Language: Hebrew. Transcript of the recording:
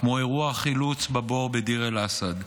כמו אירוע החילוץ בבור בדיר אל-אסד,